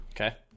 Okay